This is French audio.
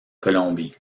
colombie